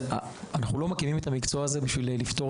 אנחנו לא מכירים במקצוע הזה בשביל לפתור